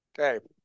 Okay